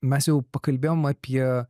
mes jau pakalbėjom apie